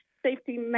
safety